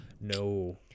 No